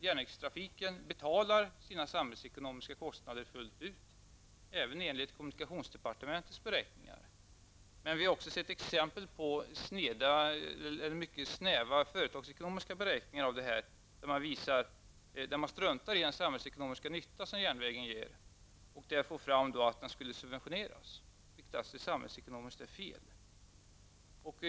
Järnvägstrafiken betalar sina samhällsekonomiska kostnader fullt ut, även enligt kommunikationsdepartementets beräkningar. Men vi har också sett exempel på mycket snäva företagsekonomiska beräkningar, där man struntar i den samhällsekonomiska nytta som järnvägen ger. Där har man kommit fram till att den skall subventioneras, vilket samhällsekonomiskt är fel.